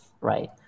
Right